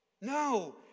No